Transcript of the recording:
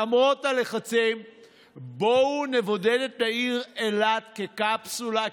למרות הלחצים: בואו נבודד את העיר אילת כקפסולה,